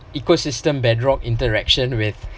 ecosystem bedrock interaction with